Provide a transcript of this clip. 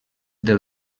del